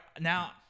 Now